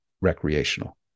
recreational